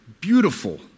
beautiful